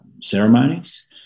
ceremonies